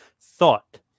thought